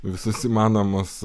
visus įmanomus